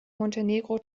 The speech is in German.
montenegro